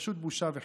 פשוט בושה וחרפה.